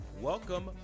Welcome